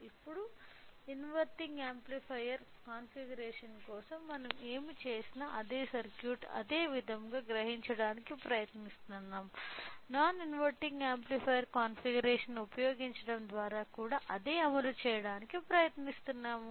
ఇప్పుడు inverting amplifier configuration కోసం మనం ఏమి చేసినా అదే సర్క్యూట్ అదే విధంగా గ్రహించడానికి ప్రయత్నిస్తాము నాన్ ఇన్వెర్టింగ్ యాంప్లిఫైయర్ కాన్ఫిగరేషన్ను ఉపయోగించడం ద్వారా కూడా అదే అమలు చేయడానికి ప్రయత్నిస్తాము